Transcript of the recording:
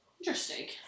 Interesting